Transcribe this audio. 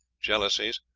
jealousies,